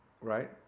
Right